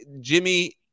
Jimmy